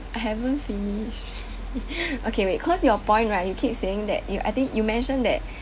I haven't finish okay wait cause your point right you keep saying that you I think you mentioned that